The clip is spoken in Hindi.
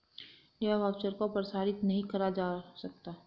लेबर वाउचर को प्रसारित नहीं करा जा सकता